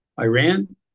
Iran